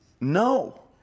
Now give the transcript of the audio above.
no